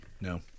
No